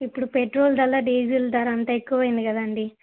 ఇప్పుడు పెట్రోల్ ధర డీజిల్ ధర అంతా ఎక్కువ అయింది కదా అండి